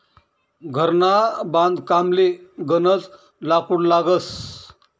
घरना बांधकामले गनज लाकूड लागस